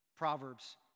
Proverbs